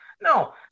No